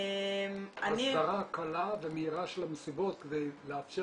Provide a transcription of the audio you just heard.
הסדרה קלה ומהירה של המסיבות כדי לאפשר